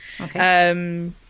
Okay